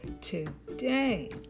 today